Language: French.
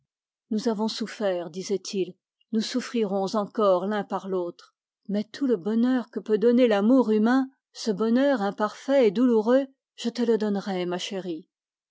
nous avons souffert disait-il nous souffrirons encore l'un par l'autre mais tout le bonheur que peut donner l'amour humain ce bonheur imparfait et douloureux je te le donnerai ma chérie